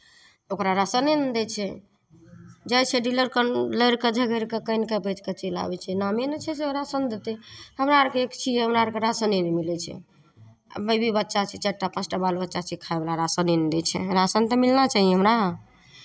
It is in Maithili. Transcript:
ओकरा राशने नहि दै छै जाइ छै डीलर कन लड़ि कऽ झगड़ि कऽ कानि कऽ बाजि कऽ चलि आबै छै नामे नहि छै से ओ राशन देतै हमरा अरके एक छियै हमरा अरके राशने नहि मिलै छै आ बीबी बच्चा छै चारि टा पाँच टा बाल बच्चा छै खायवला राशने नहि दै छै राशन तऽ मिलना चाही हमरा